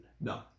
No